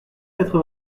quatre